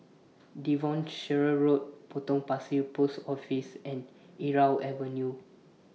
Devonshire Road Potong Pasir Post Office and Irau Avenue